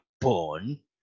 born